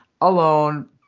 alone